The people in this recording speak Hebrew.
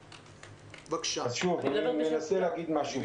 אני מנסה להגיד משהו.